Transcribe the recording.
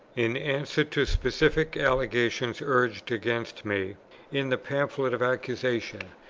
in answer to specific allegations urged against me in the pamphlet of accusation,